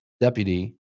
deputy